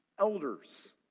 elders